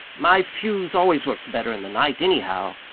my fuse always works better in the night, anyhow.